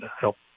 help